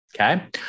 okay